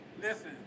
Listen